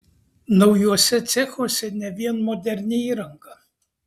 naujuose cechuose ne vien moderni įranga